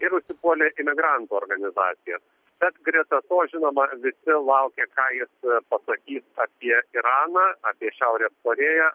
ir užsipuolė imigrantų organizacijas bet greta to žinoma visi laukė ką jis pasakys apie iraną apie šiaurės korėją